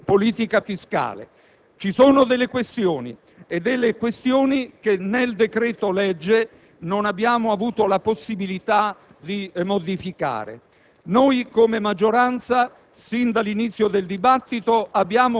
Questo è il cuore della politica fiscale. Ci sono poi delle questioni affrontate nel decreto-legge che non abbiamo avuto la possibilità di modificare. Noi, come maggioranza,